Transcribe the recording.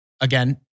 again